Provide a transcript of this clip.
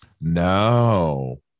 No